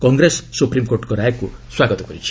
କଂଗ୍ରେସ ସୁପ୍ରିମ୍କୋର୍ଟଙ୍କ ରାୟକୁ ସ୍ୱାଗତ କରିଛି